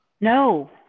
No